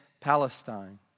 Palestine